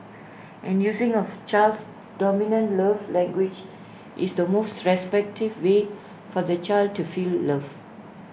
and using of child's dominant love language is the most effective way for the child to feel loved